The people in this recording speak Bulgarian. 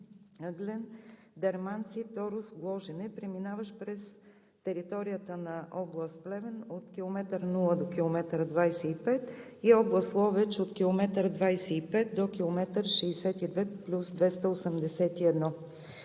Ъглен – Дерманци – Торос – Гложене, преминаващ през територията на област Плевен от км 0 до км 25 и област Ловеч от км 25 до км 62+281.